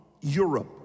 Europe